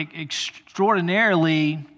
extraordinarily